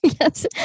yes